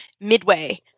Midway